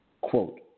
Quote